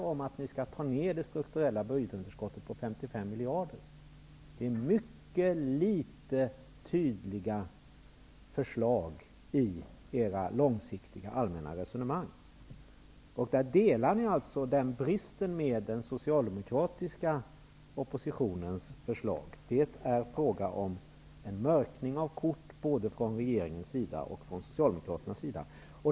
Ni säger att ni skall minska det strukturella budgetunderskottet på 55 miljarder. Men det är mycket litet av tydliga förslag i era långsiktiga allmänna resonemang. Således uppvisar ni samma brist som den socialdemokratiska oppositionens förslag. Det är fråga om en mörkning av kort från både regeringens och Socialdemokraternas sida.